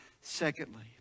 Secondly